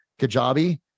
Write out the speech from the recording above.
Kajabi